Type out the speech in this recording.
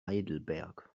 heidelberg